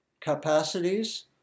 capacities